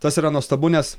tas yra nuostabu nes